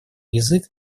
язык